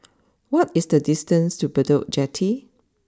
what is the distance to Bedok Jetty